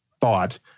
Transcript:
thought